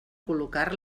col·locar